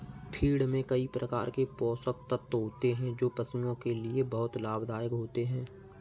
feed में कई प्रकार के पोषक तत्व होते हैं जो पशुओं के लिए बहुत लाभदायक होते हैं